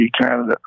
Canada